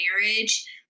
marriage